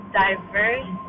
diverse